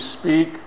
speak